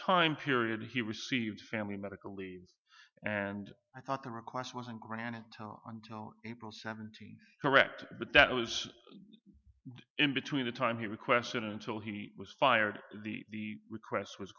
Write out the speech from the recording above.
time period he receives family medical leave and i thought the request wasn't granted until april seventeenth correct but that was in between the time he requested until he was fired the request was